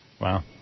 Wow